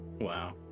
Wow